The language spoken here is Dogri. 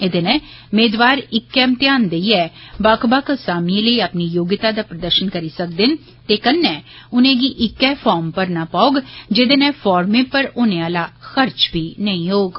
एहदे नै मेदवार इक्कै इम्तिहान देइयै बक्ख बक्ख असामिएं लेई अपनी योग्यता दा प्रदर्शन करी सकदे न ते कन्नै उनेंगी इक्कै फार्म भरना पौग जेह्दे नै फार्मे उप्पर होने आला खर्चा बी नेई होग